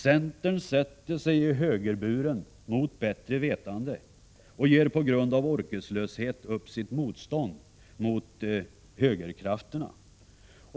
Centern sätter sig i högerburen mot bättre vetande och ger på grund av orkeslöshet upp sitt motstånd mot högerkrafterna.